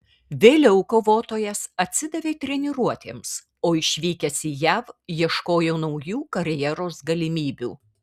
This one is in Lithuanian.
vėliau kovotojas atsidavė treniruotėms o išvykęs į jav ieškojo naujų karjeros galimybių